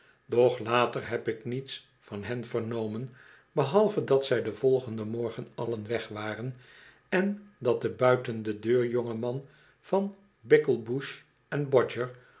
doch later heb ik niets van hen vernomen behalve dat zij den volgenden morgen allen weg waren en dat de buiten de deur jonge man van bickle bush on bodger